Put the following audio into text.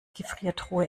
gefriertruhe